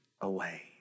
away